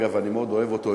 אני מאוד אוהב אותו,